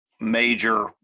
major